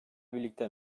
birlikte